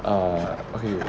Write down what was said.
ah okay